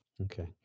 Okay